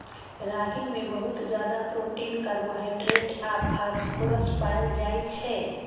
रागी मे बहुत ज्यादा प्रोटीन, कार्बोहाइड्रेट आ फास्फोरस पाएल जाइ छै